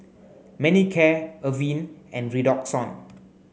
Manicare Avene and Redoxon